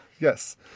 Yes